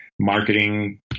marketing